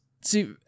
See